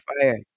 fire